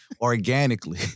Organically